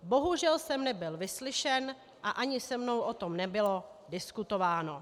Bohužel jsem nebyl vyslyšen a ani se mnou o tom nebylo diskutováno.